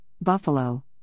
buffalo